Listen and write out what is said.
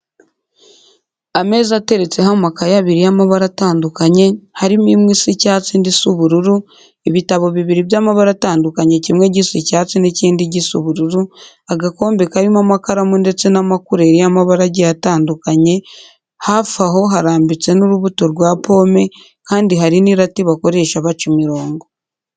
Ameza ateretseho amakayi abiri y'amabara atandukanye harimo imwe isa icyatsi indi isa ubururu, ibitabo bibiri by'amabara atandukanye kimwe gisa icyatsi n'ikindi gisa ubururu, agakombe karimo amakaramu ndetse n'amakureri y'amabara agiye atandukanye hafi aho harambitse n'urubuto rwa pomme kandi hari n'irati bakoresha baca imirongo.